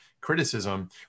criticism